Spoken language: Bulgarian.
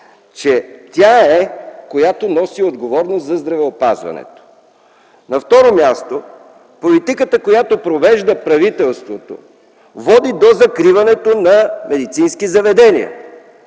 Тя е, която носи отговорност за здравеопазването. На второ място, политиката, която провежда правителството, води до закриването на медицински заведения,